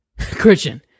Christian